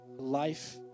Life